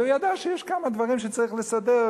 וידע שיש כמה דברים שצריך לסדר,